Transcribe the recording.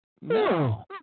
No